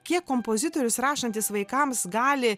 kiek kompozitorius rašantis vaikams gali